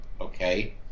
okay